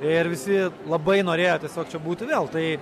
ir visi labai norėjo tiesiog čia būti vėl tai